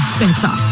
better